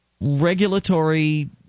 regulatory